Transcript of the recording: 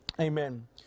Amen